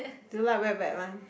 do you like wet wet one